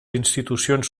institucions